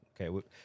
Okay